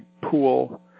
pool